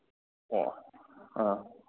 ꯑꯣ ꯑꯥ